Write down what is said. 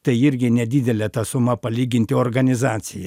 tai irgi nedidelė ta suma palyginti organizacijai